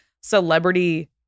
celebrity